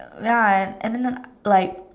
ya and I ended like